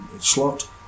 slot